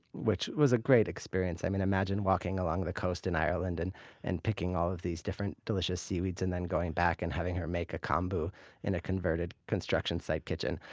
which was a great experience. um imagine walking along the coast in ireland, and and picking all of these different delicious seaweeds, and then going back and having her make a kombu in a converted construction site kitchen.